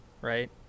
right